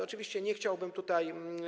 Oczywiście nie chciałbym tutaj.